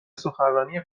سخنرانی